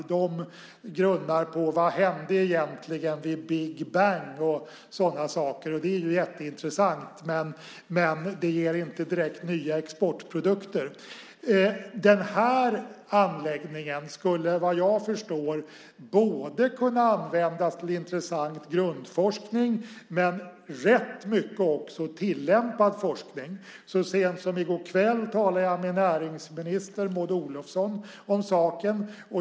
De grunnar på vad som egentligen hände vid Big Bang och sådana saker. Det är ju jätteintressant, men det ger inte direkt nya exportprodukter. Den här anläggningen skulle, vad jag förstår, både kunna användas till intressant grundforskning och rätt mycket också till tillämpad forskning. Så sent som i går kväll talade jag med näringsminister Maud Olofsson om saken.